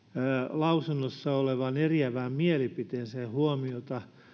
lausunnossa olevaan eriävään mielipiteeseen